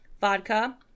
Vodka